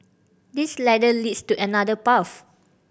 this ladder leads to another path